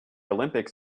olympics